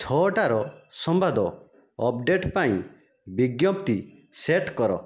ଛଅଟାର ସମ୍ବାଦ ଅପଡ଼େଟ୍ ପାଇଁ ବିଜ୍ଞପତି ସେଟ୍ କର